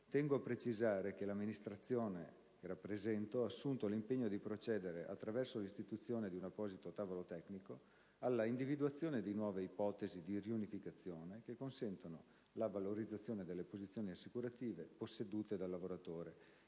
tengo a precisare che l'amministrazione che rappresento ha assunto l'impegno di procedere, attraverso l'istituzione di un apposito tavolo tecnico, alla individuazione di nuove ipotesi di riunificazione che consentano la valorizzazione delle posizioni assicurative possedute dal lavoratore